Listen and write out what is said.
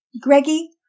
Greggy